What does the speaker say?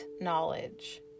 knowledge